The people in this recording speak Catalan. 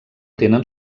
tenen